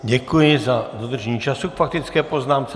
Děkuji za dodržení času k faktické poznámce.